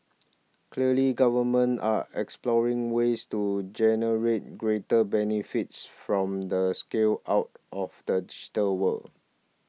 clearly governments are exploring ways to generate greater benefits from the scale out of the digital world